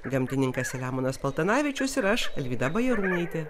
gamtininkas selemonas paltanavičius ir aš alvyda bajarūnaitė